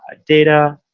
ah data,